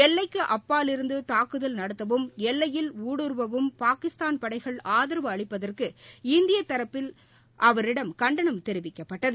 எல்லைக்கு அப்பாலிலிருந்து தாக்குதல் நடத்தவும் எல்லையில் ஊடுறுவவும் பாகிஸ்தான் படைகள் ஆதரவு அளிப்பதற்கு இந்திய தரப்பில் அவரிடம் கண்டனம் தெரிவிக்கப்பட்டது